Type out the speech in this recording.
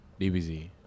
DBZ